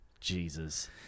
Jesus